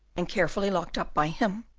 and carefully locked up by him,